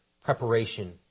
preparation